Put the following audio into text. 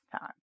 time